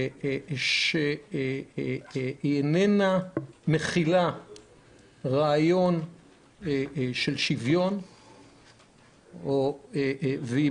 שהיא איננה מכילה רעיון של שוויון והיא